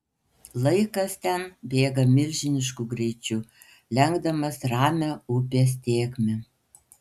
laikas ten bėga milžinišku greičiu lenkdamas ramią upės tėkmę